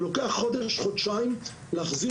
ילדים